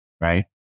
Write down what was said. right